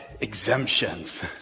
exemptions